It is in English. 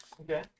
Okay